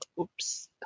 oops